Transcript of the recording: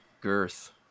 girth